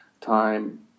time